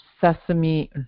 sesame